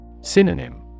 Synonym